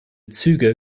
züge